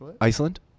Iceland